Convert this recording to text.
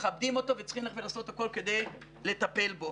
מכבדים אותו וצריכים ללכת ולעשות הכול כדי לטפל בו.